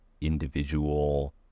individual